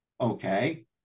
Okay